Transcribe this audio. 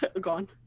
gone